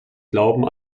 glauben